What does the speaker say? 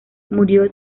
murió